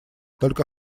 только